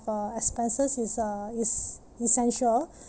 uh expenses is uh is essential